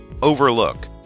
Overlook